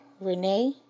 Renee